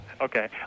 Okay